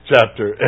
Chapter